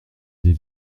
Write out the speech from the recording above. des